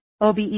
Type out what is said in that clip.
OBE